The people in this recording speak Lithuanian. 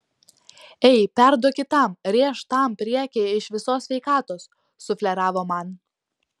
ei perduok kitam rėžk tam priekyje iš visos sveikatos sufleravo man